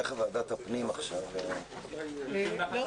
10:43.